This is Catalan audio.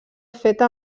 feta